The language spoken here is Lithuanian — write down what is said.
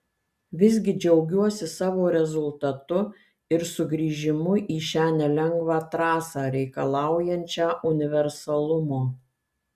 visgi džiaugiuosi savo rezultatu ir sugrįžimu į šią nelengvą trasą reikalaujančią universalumo